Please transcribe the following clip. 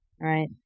Right